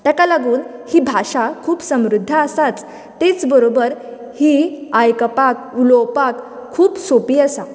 ताका लागून ही भाशा खूब समृध्द आसाच तिच बरोबर ही आयकपाक उलोवपाक खूब सोंपी आसा